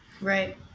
Right